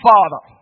Father